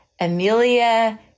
Amelia